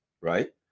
right